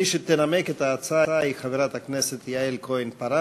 מי שתנמק את ההצעה היא חברת הכנסת יעל כהן-פארן.